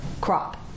crop